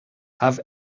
have